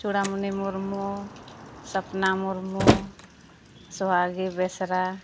ᱪᱩᱲᱟᱢᱚᱱᱤ ᱢᱩᱨᱢᱩ ᱥᱚᱯᱱᱟ ᱢᱩᱨᱢᱩ ᱥᱚᱦᱟᱜᱤ ᱵᱮᱥᱨᱟ